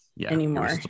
anymore